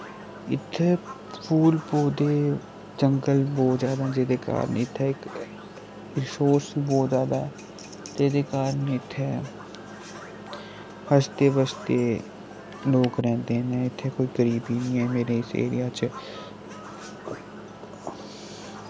इत्थे फूल पौधे जंगल बोह्त जैदा न जेह्दे कारण इत्थै इक रिसोर्स बोह्त जैदा ऐ ते एह्दे कारण इत्थै हसदे बसदे लोक रैंह्दे न इत्थै कोई गरीबी निं ऐ मेरे इस एरिया च